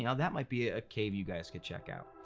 yeah that might be a cave you guys could check out.